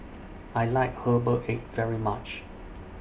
I like Herbal Egg very much